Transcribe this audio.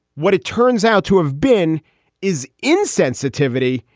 what it turns out to have been is insensitivity.